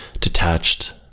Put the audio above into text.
detached